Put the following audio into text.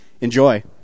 Enjoy